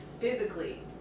Physically